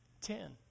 ten